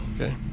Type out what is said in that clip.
Okay